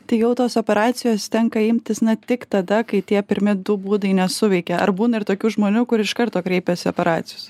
tai jau tos operacijos tenka imtis na tik tada kai tie pirmi du būdai nesuveikia ar būna ir tokių žmonių kur iš karto kreipiasi operacijos